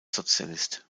sozialist